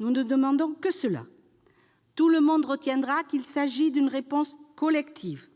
Nous ne demandons que cela, et tout le monde retiendra qu'il s'agit d'une réponse collective.